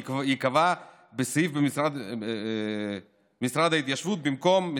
תיקבע בסעיף משרד ההתיישבות במקום,